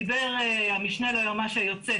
דיבר המשנה ליועמ"ש היוצא,